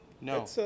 no